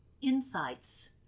insights